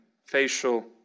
facial